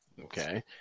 Okay